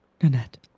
Annette